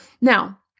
Now